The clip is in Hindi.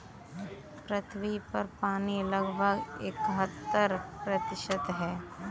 पृथ्वी पर पानी लगभग इकहत्तर प्रतिशत है